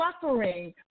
suffering